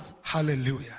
Hallelujah